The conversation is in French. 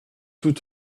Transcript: tout